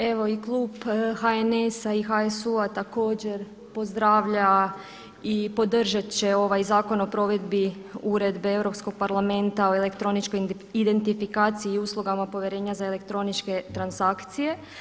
Evo i klub HNS-HSU-a također pozdravlja i podržat će ovaj Zakon o provedbi Uredbe Europskog parlamenta o elektroničkoj identifikaciji i uslugama povjerenja za elektroničke transakcije.